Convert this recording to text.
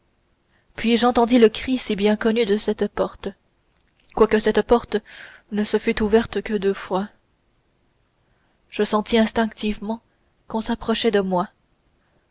puis j'entendis le cri si bien connu de cette porte quoique cette porte ne se fût ouverte que deux fois je sentis instinctivement qu'on s'approchait de moi